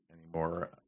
anymore